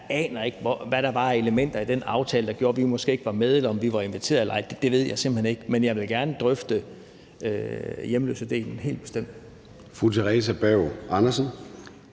jeg aner ikke, hvad der var af elementer i den aftale, der måske gjorde, at vi ikke var med, eller om vi var inviteret eller ej. Det ved jeg simpelt hen ikke. Men jeg vil gerne drøfte hjemløsedelen, helt bestemt.